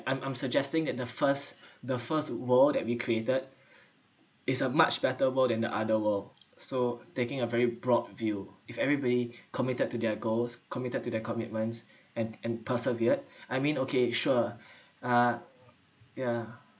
I'm I'm suggesting that the first the first world that we created is a much better world than the other world so taking a very broad view if everybody committed to their goals committed to their commitments and and persevered I mean okay sure ah yeah